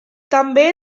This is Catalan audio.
també